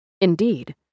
Indeed